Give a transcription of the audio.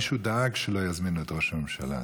מישהו דאג שלא יזמינו את ראש הממשלה,